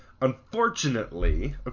unfortunately